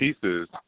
pieces